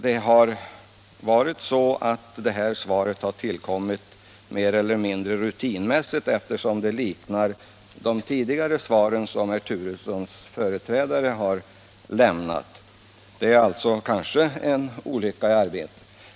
Det här svaret kan ha tillkommit mer eller mindre rutinmässigt, eftersom det liknar de tidigare svar som herr Turessons företrädare har lämnat — det är kanske ett olycksfall i arbetet.